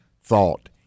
thought